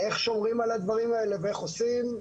איך שומרים על הדברים האלה ואיך עושים?